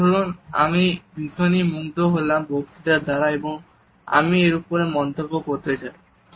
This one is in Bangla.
এবার ধরুন আমি ভীষনই মুগ্ধ হলাম বক্তৃতার দ্বারা এবং আমি এর উপরে মন্তব্য করতে চাই